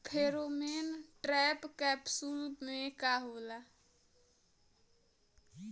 Pheromone trap capsule में का होला?